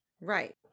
right